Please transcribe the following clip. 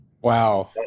Wow